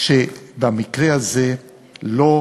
שבמקרה הזה אתה